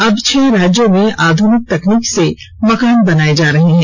अब छह राज्यों में आधुनिक तकनीक से मकान बनाए जा रहे हैं